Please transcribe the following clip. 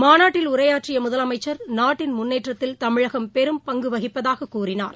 மாநாட்டில் உரையாற்றியமுதலமைச்சா் நாட்டின் முன்னேற்றத்தில் தமிழகம் பெரும் பங்குவகிப்பதாகக் கூறினார்